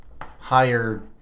higher